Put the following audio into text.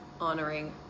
honoring